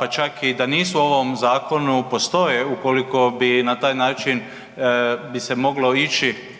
pa čak i da nisu u ovom zakonu postoje ukoliko bi na taj način bi se moglo ići